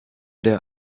der